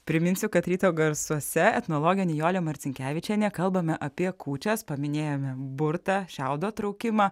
priminsiu kad ryto garsuose etnologė nijolė marcinkevičienė kalbame apie kūčias paminėjome burtą šiaudo traukimą